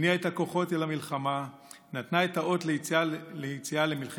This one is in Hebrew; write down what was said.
שהניעה את הכוחות אל המלחמה נתנה את האות ליציאה למלחמת